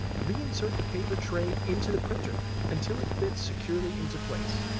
reinsert the paper tray into the printer until it fits securely into place.